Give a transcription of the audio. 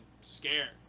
scared